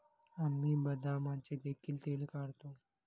आम्ही बदामाचे देखील तेल काढतो